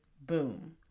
boom